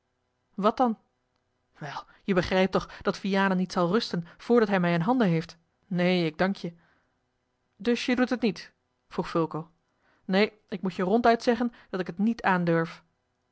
wat dan wel je begrijpt toch dat vianen niet zal rusten voordat hij me in handen heeft neen ik dank je dus je doet het niet vroeg fulco neen ik moet je ronduit zeggen dat ik het niet aan durf